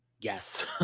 Yes